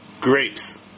grapes